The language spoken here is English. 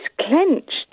clenched